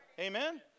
Amen